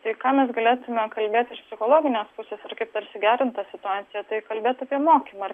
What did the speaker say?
tai ką mes galėtume kalbėt ir psichologinės pusės ar kaip pasigerint tą situaciją tai kalbėt apie mokymą ir